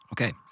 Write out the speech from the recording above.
Okay